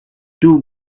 two